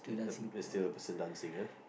the it's still a person dancing ah